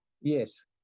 Yes